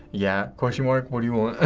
yeah. question mark. what do you want?